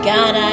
God